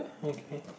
okay